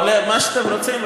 מה שאתם רוצים,